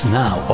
now